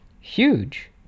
huge